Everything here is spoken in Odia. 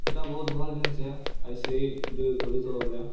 ହେଟା ବହୁତ୍ ଭଲ୍ ଜିନିଷ୍ ଏ ଆଇ ସି ଆଇ ଗୁଟେ କରିଛ ବେଲେ